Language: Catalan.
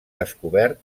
descobert